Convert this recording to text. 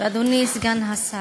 ואדוני סגן השר,